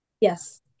Yes